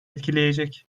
etkileyecek